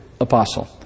apostle